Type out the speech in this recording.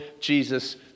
Jesus